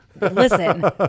listen